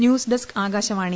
news desk Akashvani